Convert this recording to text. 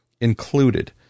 included